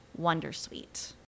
wondersuite